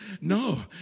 No